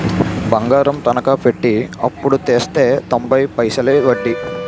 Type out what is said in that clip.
బంగారం తనకా పెట్టి అప్పుడు తెస్తే తొంబై పైసలే ఒడ్డీ